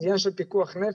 זה עניין של פיקוח נפש,